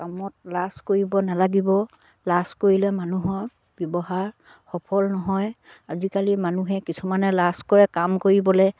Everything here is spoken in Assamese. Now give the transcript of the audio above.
কামত লাজ কৰিব নালাগিব লাজ কৰিলে মানুহৰ সফল নহয় আজিকালি মানুহে কিছুমানে লাজ কৰে কাম কৰিবলে